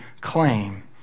claim